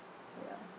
ya